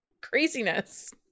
craziness